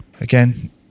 again